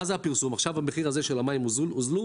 עכשיו המחיר של המים הוזל?